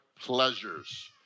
pleasures